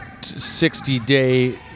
60-day